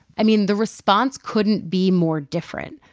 i mean the response couldn't be more different.